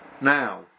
now